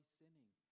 sinning